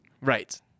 Right